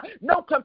no